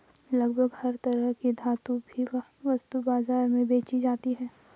लगभग हर तरह की धातु भी वस्तु बाजार में बेंची जाती है